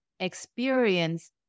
experience